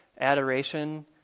Adoration